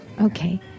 Okay